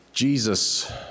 Jesus